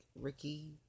ricky